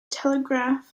telegraph